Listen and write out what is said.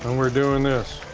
we're doing this